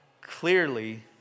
clearly